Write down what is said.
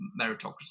meritocracy